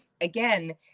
again